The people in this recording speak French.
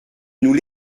nous